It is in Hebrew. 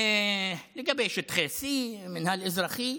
לגבי שטחי C, מינהל אזרחי.